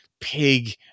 Pig